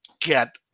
get